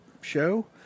show